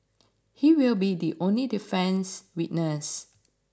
he will be the only defence witness